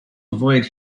avoid